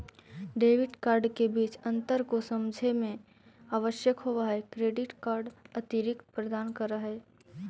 Debit card के बीच अंतर को समझे मे आवश्यक होव है क्रेडिट कार्ड अतिरिक्त प्रदान कर है?